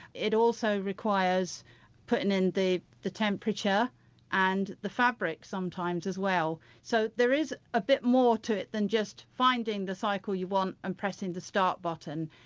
it also requires putting in the temperature and the fabric sometimes as well. so there is a bit more to it than just finding the cycle you want and pressing the start button.